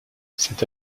cette